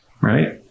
right